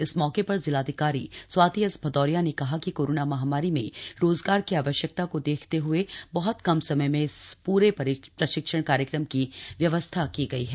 इस मौके पर जिलाधिकारी स्वाति एस भदौरिया ने कहा कि कोरोना महामारी में रोजगार की आवश्यकता को देखते हुए बहुत कम समय में इस पूरे प्रशिक्षण कार्यक्रम की व्यवस्था की गई है